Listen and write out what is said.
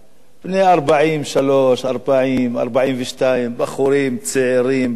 בני 43, 40, 42, בחורים צעירים, בריאים,